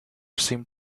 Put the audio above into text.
seemed